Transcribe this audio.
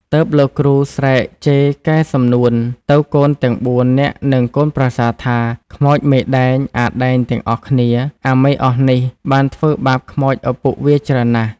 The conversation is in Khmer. ទើបលោកគ្រូស្រែកជេរកែសំនួនទៅកូនទាំង ៤ នាក់ និងកូនប្រសាថា “ខ្មោចមេដែង អាដែងទាំងអស់គ្នា អាមេអស់នេះ បានធ្វើបាបខ្មោចឪពុកវាច្រើនណាស់។